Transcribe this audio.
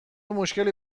مشکلی